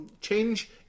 Change